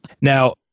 Now